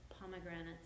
pomegranates